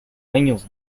años